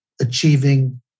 achieving